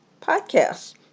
podcasts